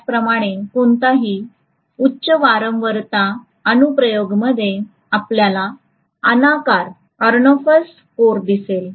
त्याचप्रमाणे कोणताही उच्च वारंवारता अनुप्रयोगमध्ये आपल्याला अनाकार कोर दिसेल